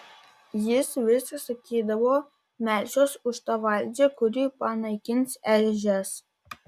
jis vis sakydavo melsiuos už tą valdžią kuri panaikins ežias